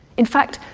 in fact,